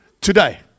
today